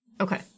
okay